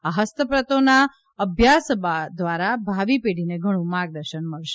આ હસ્તપ્રતોના અભ્યાસ દ્વારા ભાવી પેઢીને ઘણુ માર્ગદર્શન મળશે